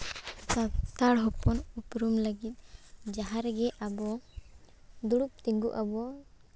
ᱥᱟᱱᱛᱟᱲ ᱦᱚᱯᱚᱱ ᱩᱯᱨᱩᱢ ᱞᱟᱹᱜᱤᱫ ᱡᱟᱦᱟᱸ ᱨᱮᱜᱮ ᱟᱵᱚ ᱫᱩᱲᱩᱵ ᱛᱤᱸᱜᱩ ᱟᱵᱚ